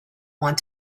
want